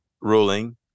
ruling